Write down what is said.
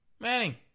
Manning